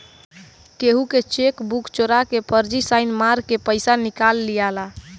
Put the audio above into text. केहू के चेकबुक चोरा के फर्जी साइन मार के पईसा निकाल लियाला